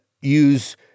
use